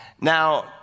Now